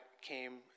came